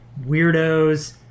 weirdos